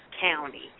county